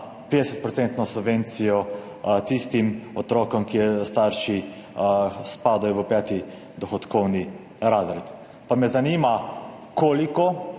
subvencijo tistim otrokom, katerih starši spadajo v peti dohodkovni razred. Pa me zanima, koliko